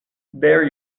there